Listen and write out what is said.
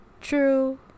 true